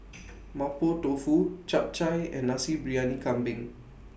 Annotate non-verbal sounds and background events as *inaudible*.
*noise* Mapo Tofu Chap Chai and Nasi Briyani Kambing